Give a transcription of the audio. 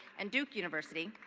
and duke university,